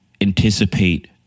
Anticipate